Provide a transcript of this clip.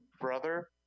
Brother